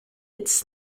its